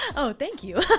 oh, thank you.